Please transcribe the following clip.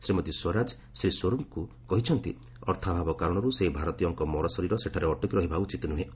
ଶ୍ରୀମତୀ ସ୍ୱରାଜ ଶ୍ରୀ ସ୍ୱର୍ପଙ୍କୁ କହିଛନ୍ତି ଅର୍ଥାଭାବ କାରଣରୁ ସେହି ଭାରତୀୟଙ୍କ ମରଶରୀର ସେଠାରେ ଅଟକି ରହିବା ଉଚିତ ନୁହେଁ